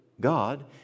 God